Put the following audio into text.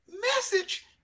Message